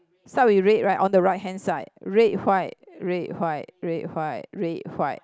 start with red right on the right hand side red white red white red white red white